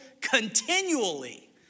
continually